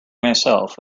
myself